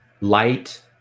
light